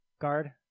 guard